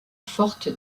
forte